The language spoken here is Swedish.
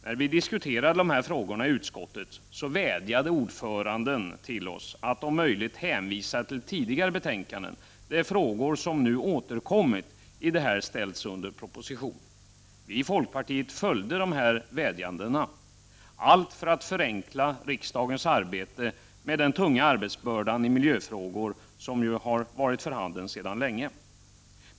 När vi diskuterade de här frågorna i utskottet vädjade utskottets ordförande till oss att om möjligt hänvisa till de tidigare betänkanden där frågor som nu återkommit har ställts under proposition. Vi i folkpartiet rättade oss efter dessa vädjanden — allt för att förenkla riksdagens arbete, med tanke på den tunga arbetsbörda i miljöfrågor som ju sedan länge har varit för handen.